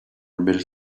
milk